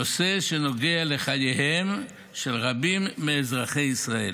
נושא שנוגע לחייהם של רבים מאזרחי ישראל.